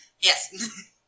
Yes